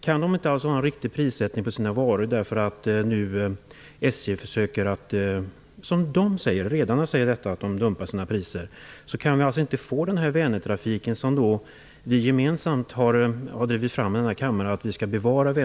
Kan de inte ha en riktig prissättning på sina varor för att SJ försöker, som redarna säger, dumpa sina priser, kan vi inte få den Vänertrafik som vi gemensamt i denna kammare har drivit fram att vi skall bevara.